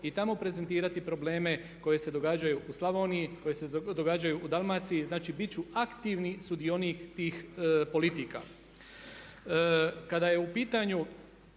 i tamo prezentirati probleme koji se događaju u Slavoniji, koji se događaju u Dalmaciji, znači bit ću aktivni sudionik tih politika. Kada je u pitanju